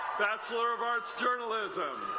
bachelor of arts-journalism